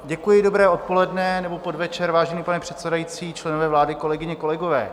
Děkuji, dobré odpoledne nebo podvečer, vážený pane předsedající, členové vlády, kolegyně, kolegové.